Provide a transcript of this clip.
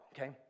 okay